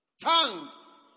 Tongues